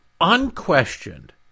unquestioned